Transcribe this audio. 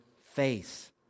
face